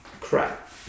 crap